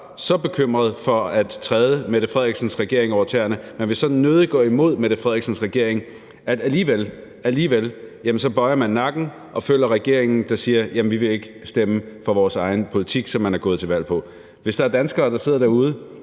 så bekymret for at træde Mette Frederiksens regering over tæerne, man vil så nødig gå imod Mette Frederiksens regering, at man alligevel bøjer nakken og følger regeringen, der siger: Jamen vi vil ikke stemme for vores egen politik – den politik, som man er gået til valg på. Hvis der er danskere, der sidder derude